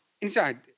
inside